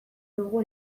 dugu